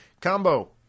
combo